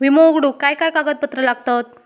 विमो उघडूक काय काय कागदपत्र लागतत?